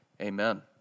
Amen